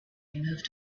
moved